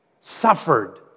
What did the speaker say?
suffered